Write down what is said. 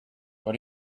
what